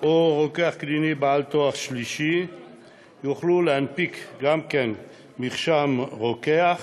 או רוקח קליני בעל תואר שלישי יוכל גם כן להנפיק מרשם רוקח,